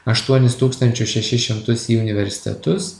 aštuonis tūkstančius šešis šimtus į universitetus